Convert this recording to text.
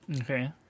Okay